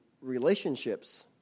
relationships